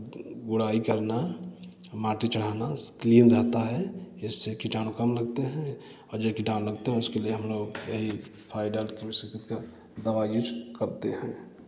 गोड़ाई करना माटी चढ़ाना क्लीन रहता है इससे कीटाणु कम लगते हैं जो कीटाणु लगते हैं उसके लिए हम लोग यही फाइडल दवा यूज करते हैं